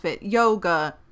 yoga